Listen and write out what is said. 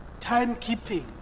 timekeeping